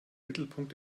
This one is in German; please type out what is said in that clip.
mittelpunkt